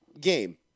game